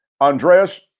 Andreas